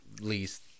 Least